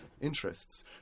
interests